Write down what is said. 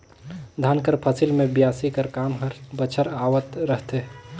धान कर फसिल मे बियासी कर काम हर बछर आवत रहथे